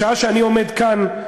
בשעה שאני עומד כאן,